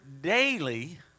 daily